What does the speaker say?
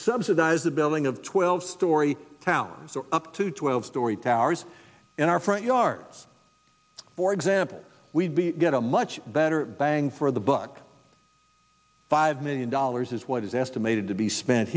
subsidize the building of twelve story towns up to twelve story towers in our front yards for example we get a much better bang for the buck five million dollars is what is estimated to be spent